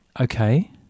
Okay